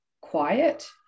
quiet